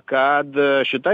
kad šita